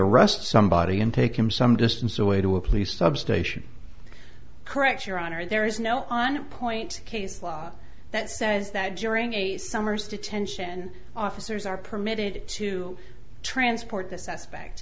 arrest somebody and take him some distance away to a police substation correct your honor there is no one point case law that says that during a summer's detention officers are permitted to transport the suspect